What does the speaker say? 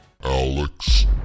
Alex